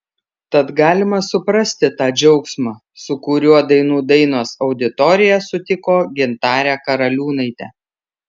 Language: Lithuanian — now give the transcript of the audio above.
tad galima suprasti tą džiaugsmą su kuriuo dainų dainos auditorija sutiko gintarę karaliūnaitę